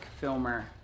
filmer